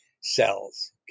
cells